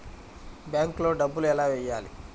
బ్యాంక్లో డబ్బులు ఎలా వెయ్యాలి?